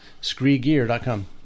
Screegear.com